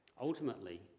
Ultimately